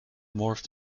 morphed